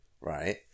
right